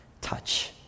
touch